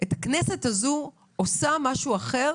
את הכנסת הזו עושה משהו אחר,